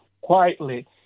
quietly